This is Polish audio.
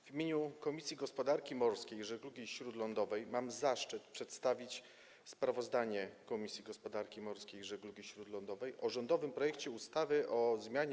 W imieniu Komisji Gospodarki Morskiej i Żeglugi Śródlądowej mam zaszczyt przedstawić sprawozdanie Komisji Gospodarki Morskiej i Żeglugi Śródlądowej o rządowym projekcie ustawy o zmianie